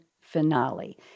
finale